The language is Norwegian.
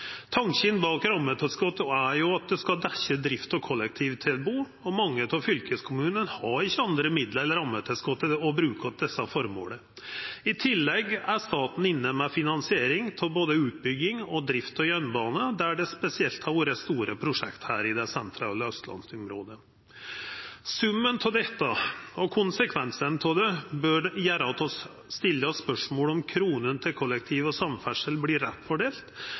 Tanken bak rammetilskotet er jo at det skal dekkja drift av kollektivtilbod, og mange av fylkeskommunane har ikkje andre midlar enn rammetilskotet å bruka til desse føremåla. I tillegg er staten inne med finansiering av både utbygging og drift av jernbane, der det spesielt har vore store prosjekt her i det sentrale Austlands-området. Summen av dette og konsekvensane av det bør gjera at vi stiller oss spørsmålet om kronene til kollektiv og samferdsel vert rett